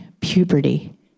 puberty